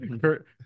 Kurt